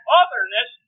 otherness